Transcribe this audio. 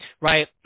right